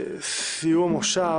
סיום מושב